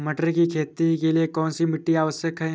मटर की खेती के लिए कौन सी मिट्टी आवश्यक है?